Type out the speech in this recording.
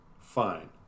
Fine